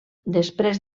després